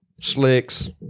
Slicks